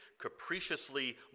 capriciously